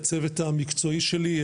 הצוות המקצועי שלי,